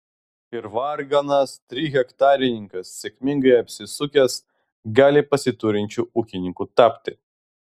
ir varganas trihektarininkas sėkmingai apsisukęs gali pasiturinčiu ūkininku tapti